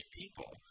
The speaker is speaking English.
people